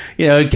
you know, yeah